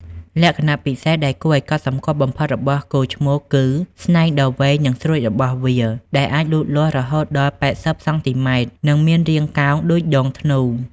លក្ខណៈពិសេសដែលគួរឱ្យកត់សម្គាល់បំផុតរបស់គោឈ្មោលគឺ ស្នែងដ៏វែងនិងស្រួចរបស់វា ដែលអាចលូតលាស់រហូតដល់ ៨០ សង់ទីម៉ែត្រ និងមានរាងកោងដូចដងធ្នូ។